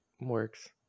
works